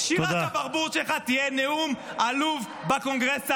שירת הברבור שלך תהיה נאום עלוב בקונגרס האמריקאי.